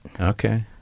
Okay